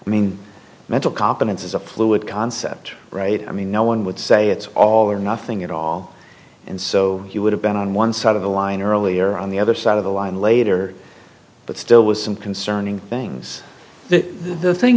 mean mental competence is a fluid concept right i mean no one would say it's all or nothing at all and so he would have been on one side of the line earlier on the other side of the line later but still with some concerning things that the thing